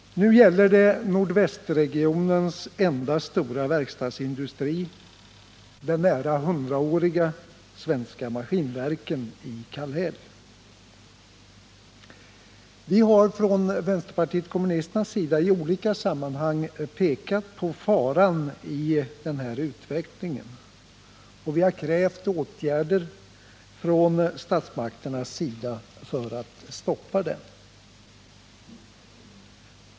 Nu gäller det nordvästregionens enda stora verkstadsindustri, det nära hundraåriga Svenska Maskinverken i Kallhäll. Vi har från vänsterpartiet kommunisternas sida i olika sammanhang pekat på faran i denna utveckling, och vi har krävt åtgärder från statsmakternas sida för att stoppa den.